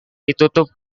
ditutup